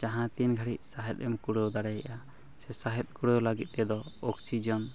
ᱡᱟᱦᱟᱸ ᱛᱤᱱ ᱜᱷᱟᱲᱤᱡ ᱥᱟᱦᱮᱫ ᱮᱢ ᱠᱩᱲᱟᱹᱣ ᱫᱟᱲᱮᱭᱟᱜᱼᱟ ᱥᱮ ᱥᱟᱦᱮᱫ ᱠᱩᱲᱟᱹᱣ ᱞᱟᱹᱜᱤᱫ ᱛᱮᱫᱚ ᱚᱠᱥᱤᱡᱮᱱ